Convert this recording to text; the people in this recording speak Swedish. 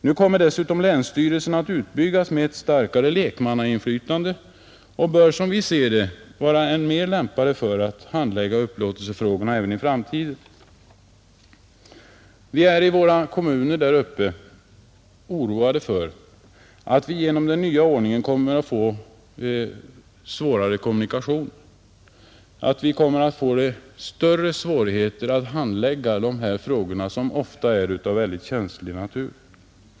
Nu kommer dessutom länsstyrelserna att utbyggas med ett starkare lekmannainflytande och bör, som vi ser det, lämpa sig sig för att handlägga upplåtelsefrågor även i framtiden. Vi är i kommunerna där uppe oroade för att den nya ordningen kommer att medföra svårare kommunikationer och större svårigheter vid handläggning av dessa frågor, som ofta är av känslig natur.